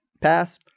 pass